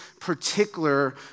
particular